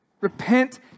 Repent